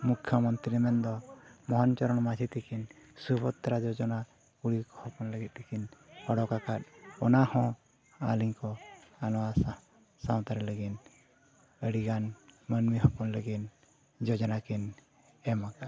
ᱢᱩᱠᱷᱚᱢᱚᱱᱛᱨᱤ ᱢᱮᱱ ᱫᱚ ᱢᱳᱦᱚᱱ ᱪᱚᱨᱚᱱ ᱢᱟᱹᱡᱷᱤ ᱛᱟᱹᱠᱤᱱ ᱥᱩᱵᱷᱚᱫᱨᱟ ᱡᱳᱡᱚᱱᱟ ᱠᱩᱲᱤ ᱦᱚᱯᱚᱱ ᱞᱟᱹᱜᱤᱫ ᱛᱮᱠᱤᱱ ᱚᱰᱳᱠ ᱟᱠᱟᱫ ᱚᱱᱟ ᱦᱚᱸ ᱟᱹᱞᱤᱧ ᱠᱚ ᱱᱚᱣᱟ ᱥᱟᱶᱛᱟ ᱨᱮ ᱞᱟᱹᱜᱤᱫ ᱟᱹᱰᱤ ᱜᱟᱱ ᱢᱟᱹᱱᱢᱤ ᱦᱚᱯᱚᱱ ᱞᱟᱹᱜᱤᱫ ᱡᱳᱡᱚᱱᱟ ᱠᱤᱱ ᱮᱢ ᱟᱠᱟᱫᱼᱟ